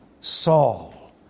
Saul